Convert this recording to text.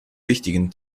wichtigen